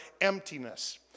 emptiness